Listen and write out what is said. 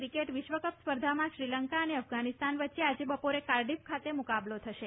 cricket વિશ્વકપ સ્પર્ધામાં શ્રીલંકા અને અફધાનિસ્તા વચ્ચે આજે બપોરે કાર્ડિફ ખાતે મુકાબલો થશે